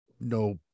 no